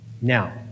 Now